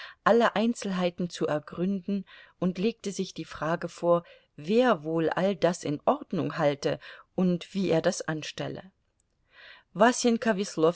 alle einzelheiten zu ergründen und legte sich die frage vor wer wohl all das in ordnung halte und wie er das anstelle